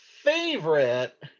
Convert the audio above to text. favorite